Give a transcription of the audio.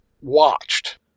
watched